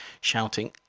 shouting